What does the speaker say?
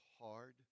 hard